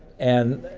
and,